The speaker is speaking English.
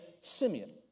Simeon